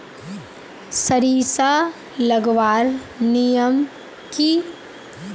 सरिसा लगवार नियम की?